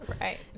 Right